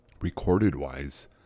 recorded-wise